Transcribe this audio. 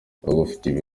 bagufitiye